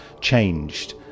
changed